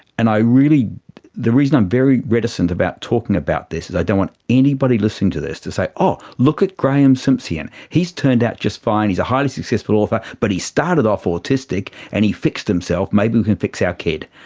and the reason i'm very reticent about talking about this is i don't want anybody listening to this to say, oh, look at graeme simsion, he's turned out just fine, he's a highly successful author, but he started off autistic and he fixed himself, maybe we can fix our kid',